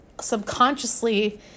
subconsciously